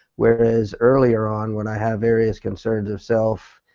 whereas earlier on when i have various concerns of self,